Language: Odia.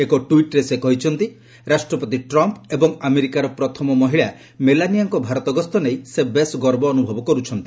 ଏକ ଟ୍ୱିଟ୍ରେ ସେ କହିଛନ୍ତି ରାଷ୍ଟ୍ରପତି ଟ୍ରମ୍ପ୍ ଏବଂ ଆମେରିକାର ପ୍ରଥମ ମହିଳା ମେଲାନିଆଙ୍କ ଭାରତ ଗସ୍ତ ନେଇ ସେ ବେଶ୍ ଗର୍ବ ଅନ୍ତର୍ଭବ କର୍ରଛନ୍ତି